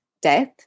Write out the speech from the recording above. death